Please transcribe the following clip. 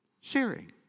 Sharing